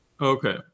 Okay